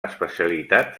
especialitat